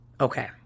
Okay